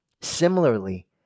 Similarly